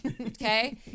okay